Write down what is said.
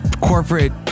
Corporate